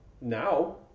Now